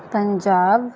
Punjab